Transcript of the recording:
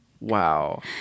Wow